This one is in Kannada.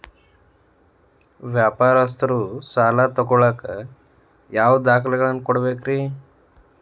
ವ್ಯಾಪಾರಸ್ಥರು ಸಾಲ ತಗೋಳಾಕ್ ಯಾವ ದಾಖಲೆಗಳನ್ನ ಕೊಡಬೇಕ್ರಿ?